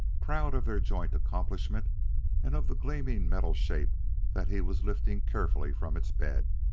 proud of their joint accomplishment and of the gleaming metal shape that he was lifting carefully from its bed.